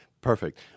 perfect